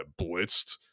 blitzed